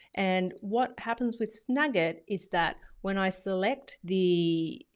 and what happens with snagit is that when i select the